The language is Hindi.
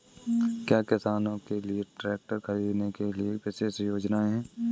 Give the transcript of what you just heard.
क्या किसानों के लिए ट्रैक्टर खरीदने के लिए विशेष योजनाएं हैं?